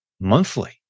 monthly